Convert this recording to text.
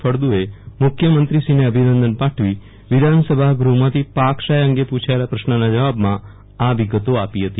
ફળદુએ મુખ્યમંત્રીશ્રીને અભિનંદન પાઠવી વિધાનસભાગૃહમાં પાક સહાય અંગે પૂછાયેલા પ્રશ્નના જવાબમાં આ વિગતો આપી હતી